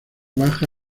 baja